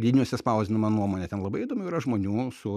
leidiniuose spausdinamą nuomonę ten labai įdomių yra žmonių su